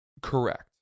Correct